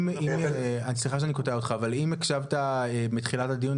אם הקשבת מתחילת הדיון,